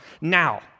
Now